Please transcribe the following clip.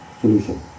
solution